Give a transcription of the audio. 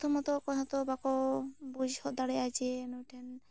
ᱯᱚᱨᱛᱷᱚᱢᱚᱛᱚ ᱚᱠᱚᱭ ᱦᱚᱸ ᱛᱚ ᱵᱟᱠᱚ ᱵᱩᱡᱷᱟᱹᱣ ᱫᱟᱲᱮᱭᱟᱜ ᱟ ᱡᱮ ᱱᱩᱭᱴᱷᱮᱱ